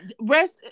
rest